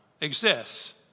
exists